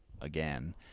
again